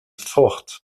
fort